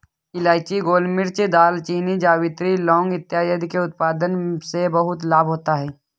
इलायची, गोलमिर्च, दालचीनी, जावित्री, लौंग इत्यादि के उत्पादन से बहुत लाभ होता है